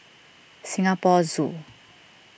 Singapore Zoo